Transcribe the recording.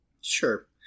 Sure